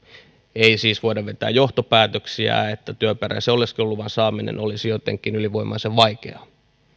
ei siis voida vetää johtopäätöksiä että työperäisen oleskeluluvan saaminen olisi jotenkin ylivoimaisen vaikeaa